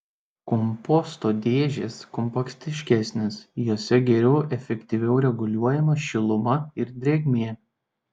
komposto dėžės kompaktiškesnės jose geriau efektyviau reguliuojama šiluma ir drėgmė